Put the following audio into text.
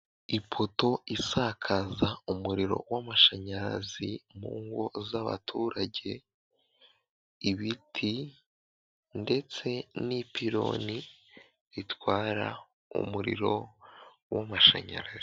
Ipoto isakaza umuriro w'amashanyarazi mu ngo z'abaturage ibiti ndetse n'ipironi ritwara umuriro w'amashanyarazi.